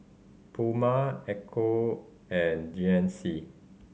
Puma Ecco and G N C